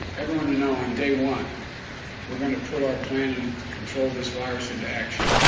everyone to know on day one we're going to put our plan and to control this virus into action.